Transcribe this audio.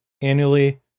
annually